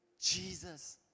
Jesus